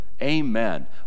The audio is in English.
amen